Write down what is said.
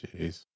Jeez